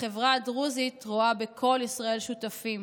החברה הדרוזית רואה בכל ישראל שותפים.